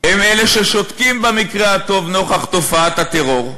הם אלה ששותקים במקרה הטוב נוכח תופעת הטרור.